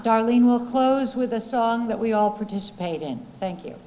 darlene will close with a song that we all participate in thank